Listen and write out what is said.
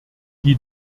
die